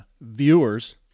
viewers